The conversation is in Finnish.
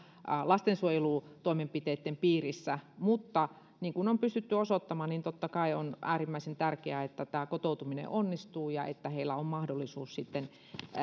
lastensuojelutoimenpiteitten piirissä mutta niin kuin on pystytty osoittamaan niin totta kai on äärimmäisen tärkeää että kotoutuminen onnistuu ja että heillä on mahdollisuus